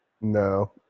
no